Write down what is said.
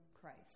Christ